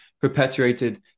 perpetuated